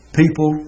people